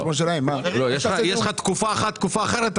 יש לך תקופה אחת ותקופה אחרת.